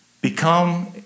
Become